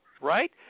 right